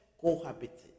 cohabiting